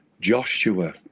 joshua